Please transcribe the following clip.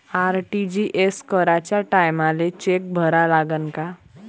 RTGS कराच्या टायमाले cheque भरा लागन का?